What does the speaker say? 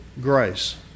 grace